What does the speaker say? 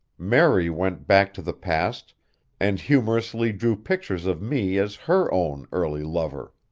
mary went back to the past and humorously drew pictures of me as her own early lover.